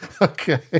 Okay